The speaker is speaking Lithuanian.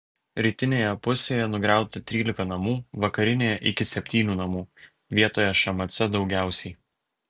rytinėje pusėje nugriauta trylika namų vakarinėje iki septynių namų vietoje šmc daugiausiai